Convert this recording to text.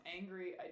angry